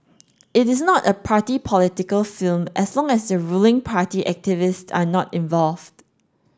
it is not a party political film as long as ruling party activists are not involved